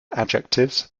adjectives